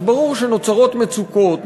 אז ברור שנוצרות מצוקות,